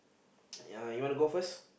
uh you wanna go first